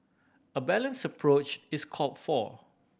a balance approach is call for